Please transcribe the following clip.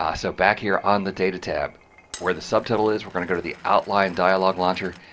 ah so back here on the data tab where the subtotal is we're going to go to the outline dialogue launcher,